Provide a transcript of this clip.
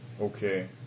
Okay